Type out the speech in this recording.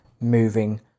moving